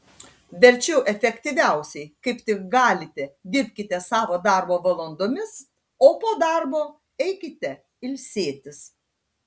verčiau efektyviausiai kaip tik galite dirbkite savo darbo valandomis o po darbo eikite ilsėtis